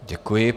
Děkuji.